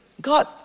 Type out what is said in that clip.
God